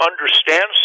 understands